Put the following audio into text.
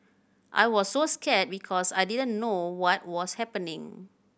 I was so scared because I didn't know what was happening